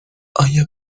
آیا